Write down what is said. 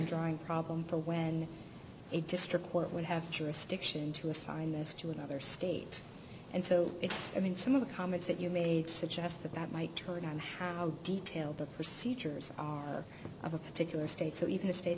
drawing problem for when a district court would have jurisdiction to assign this to another state and so it's i mean some of the comments that you made suggest that that might turn on how detail the procedures of a particular state so even a state